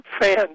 fan